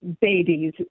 babies